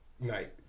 night